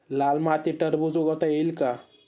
लाल मातीत टरबूज उगवता येईल का?